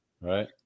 Right